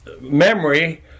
memory